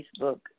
Facebook